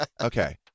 Okay